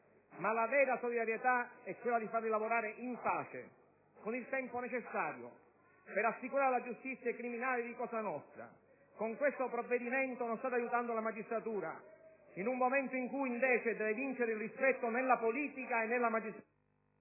ma la vera solidarietà è quella di farli lavorare in pace, con il tempo necessario, per assicurare alla giustizia i criminali di Cosa nostra. MONTI *(LNP).* Tempo! GARRAFFA *(PD)*. Con questo provvedimento non state aiutando la magistratura. In un momento in cui deve vincere il rispetto nella politica e nella magistratura...